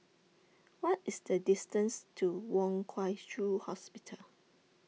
What IS The distance to Wong Shiu Hospital